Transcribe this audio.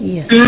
Yes